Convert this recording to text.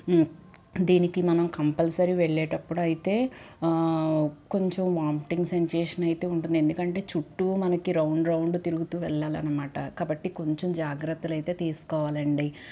దీనికి మనం కంపల్సరీ వెళ్లేటప్పుడు అయితే కొంచెం వామీటింగ్ సెన్సేషన్ అయితే ఉంటుంది ఎందుకంటే మనకి చుట్టూ రౌండ్ రౌండ్ తిరుగుతూ వెళ్ళాలి అనమాట కాబట్టి కొంచెం జాగ్రత్తలు అయితే తీసుకోవాలండీ